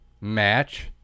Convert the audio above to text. match